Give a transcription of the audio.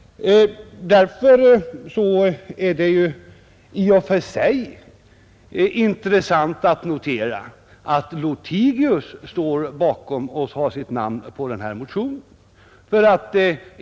Därför är det i och för sig intressant att notera att herr Lothigius har sitt namn under en av de här motionerna.